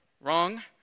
Wrong